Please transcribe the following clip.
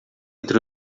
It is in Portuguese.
entre